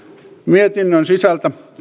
mietinnön sisältä